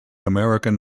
american